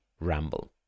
ramble